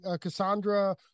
cassandra